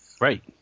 Right